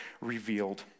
revealed